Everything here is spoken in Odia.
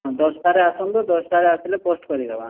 ଦଶଟାରେ ଆସନ୍ତୁ ଦଶଟାରେ ଆସିଲେ ପୋଷ୍ଟ୍ କରିଦେବା